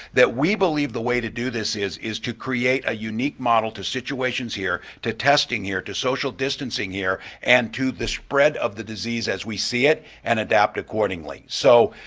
that we believe the way to do this is is to create a unique model to situations here, to testing here, to social distancing here, and to the spread of the disease as we see it and adapt accordingly. so